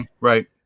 right